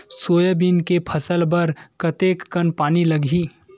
Soybean के फसल बर कतेक कन पानी लगही?